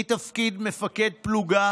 מתפקיד מפקד פלוגה